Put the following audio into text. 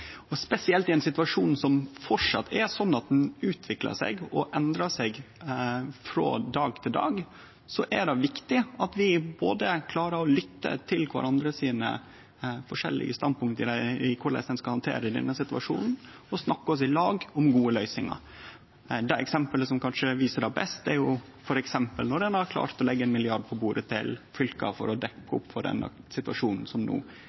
og der eg meiner vi i Stortinget har fått fram det beste i kvarandre. Spesielt i ein situasjon som framleis utviklar og endrar seg frå dag til dag, er det viktig at vi både klarer å lytte til kvarandre sine forskjellige standpunkt til korleis ein skal handtere denne situasjonen, og klarer å snakke oss fram til gode løysingar. Eit av eksempla som kanskje viser det best, er at ein har klart å leggje ein milliard på bordet til fylka for å dekkje opp for situasjonen som